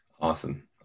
Awesome